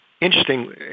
interesting